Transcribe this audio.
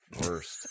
worst